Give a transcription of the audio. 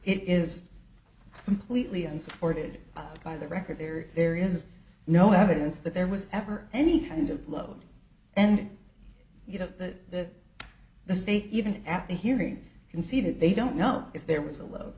it is completely unsupported by the record there there is no evidence that there was ever any kind of loading and you know that the state even at a hearing can see that they don't know if there was a lo